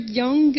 young